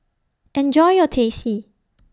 Enjoy your Teh C